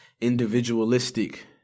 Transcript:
individualistic